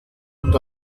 und